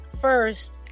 first